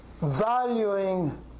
valuing